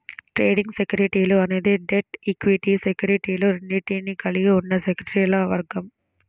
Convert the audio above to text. trading సెక్యూరిటీలు అనేది debt, equity సెక్యూరిటీలు రెండింటినీ కలిగి ఉన్న సెక్యూరిటీల వర్గం